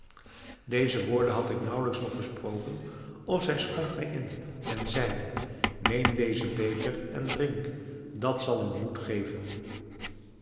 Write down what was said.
deze woorden had ik naauwelijks nog gesproken of zij schonk mij in en zeide neem dezen beker en drink dat zal u moed geven